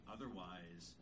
Otherwise